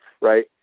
Right